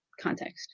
context